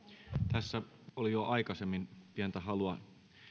tässä oli jo aikaisemmin pientä halua